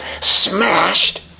smashed